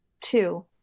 Two